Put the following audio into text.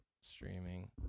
streaming